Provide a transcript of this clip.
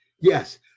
Yes